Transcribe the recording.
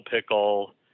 pickle